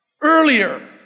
earlier